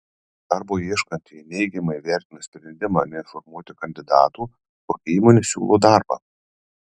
darbo ieškantieji neigiamai vertina sprendimą neinformuoti kandidatų kokia įmonė siūlo darbą